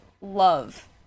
love